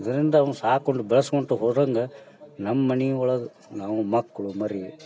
ಇದರಿಂದ ಅವ್ನು ಸಾಕಿಕೊಂಡು ಬೆಳ್ಸ್ಕೊಳ್ತ ಹೋದಂಗೆ ನಮ್ಮ ಮನೆ ಒಳಗೆ ನಾವು ಮಕ್ಕಳು ಮರಿ